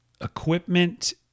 equipment